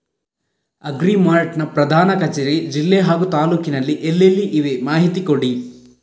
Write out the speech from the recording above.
Agri mart ನ ಪ್ರಧಾನ ಕಚೇರಿ ಜಿಲ್ಲೆ ಹಾಗೂ ತಾಲೂಕಿನಲ್ಲಿ ಎಲ್ಲೆಲ್ಲಿ ಇವೆ ಮಾಹಿತಿ ಕೊಡಿ?